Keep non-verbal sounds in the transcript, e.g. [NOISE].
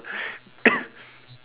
[COUGHS]